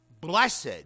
Blessed